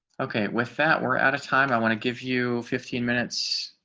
okay, with that we're out of time. i want to give you fifteen minutes